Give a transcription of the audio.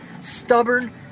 stubborn